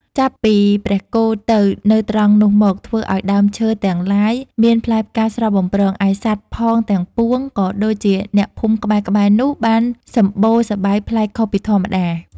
ចាប់ពីព្រះគោទៅនៅត្រង់នោះមក ធ្វើឲ្យដើមឈើទាំងឡាយមានផ្លែផ្កាស្រស់បំព្រង ឯសត្វផងទាំងពួង ក៏ដូចជាអ្នកភូមិក្បែរៗនោះបានសម្បូរសប្បាយប្លែកខុសពីធម្មតា ។